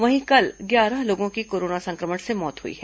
वहीं कल ग्यारह लोगों की कोरोना संक्रमण से मौत हुई है